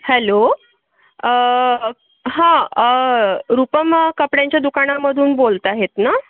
hello हां रुपम कपड्यांच्या दुकानामधून बोलत आहेत ना